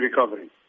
recovery